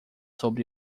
sob